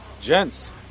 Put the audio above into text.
Gents